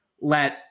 let